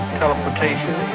teleportation